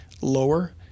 lower